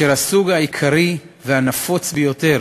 הסוג העיקרי והנפוץ ביותר